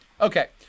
Okay